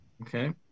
Okay